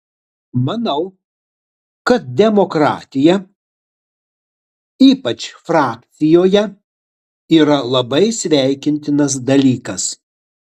manau kad demokratija ypač frakcijoje yra labai sveikintinas dalykas